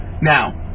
now